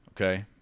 okay